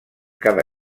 cada